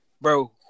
bro